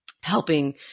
helping